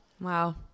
Wow